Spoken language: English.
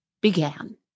began